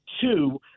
two